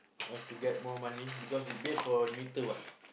why to get more money because it's based on meter what